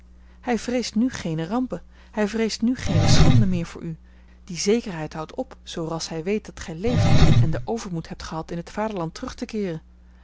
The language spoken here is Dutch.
hij vreest nu geene rampen hij vreest nu geene schande meer voor u die zekerheid houdt op zoo ras hij weet dat gij leeft en den overmoed hebt gehad in het vaderland terug te keeren